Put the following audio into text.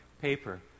paper